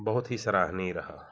बहुत ही सराहनीय रहा